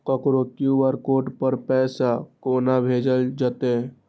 ककरो QR code पर पैसा कोना भेजल जेतै?